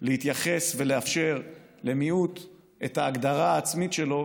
להתייחס ולאפשר למיעוט את ההגדרה העצמית שלו,